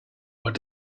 what